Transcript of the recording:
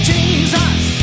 Jesus